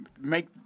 Make